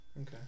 Okay